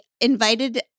invited